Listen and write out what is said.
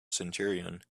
centurion